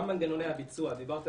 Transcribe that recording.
גם מנגנוני הביצוע דיברת,